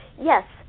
Yes